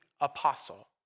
apostle